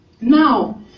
Now